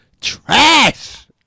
trash